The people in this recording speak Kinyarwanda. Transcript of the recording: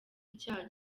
icyaha